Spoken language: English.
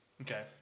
Okay